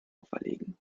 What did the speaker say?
auferlegen